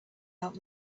out